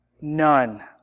None